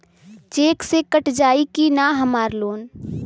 Check से cut जाई की ना हमार लोन?